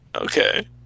Okay